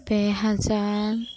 ᱯᱮ ᱦᱟᱡᱟᱨ